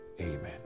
Amen